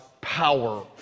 power